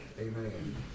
Amen